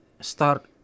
start